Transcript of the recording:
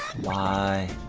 why?